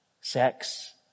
Sex